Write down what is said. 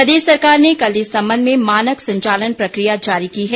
प्रदेश सरकार ने कल इस संबंध में मानक संचालन प्रक्रिया जारी की है